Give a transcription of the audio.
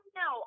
no